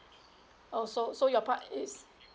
oh so so your part is